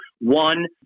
one